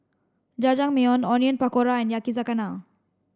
Jajangmyeon Onion Pakora Yakizakana